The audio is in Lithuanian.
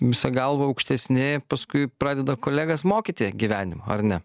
visa galva aukštesni paskui pradeda kolegas mokyti gyvenimo ar ne